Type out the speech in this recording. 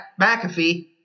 McAfee